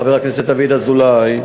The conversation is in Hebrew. חבר הכנסת דוד אזולאי,